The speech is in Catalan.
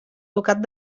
ducat